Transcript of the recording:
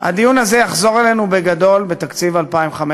הדיון הזה יחזור אלינו בגדול בתקציב 2015,